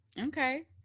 Okay